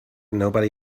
nobody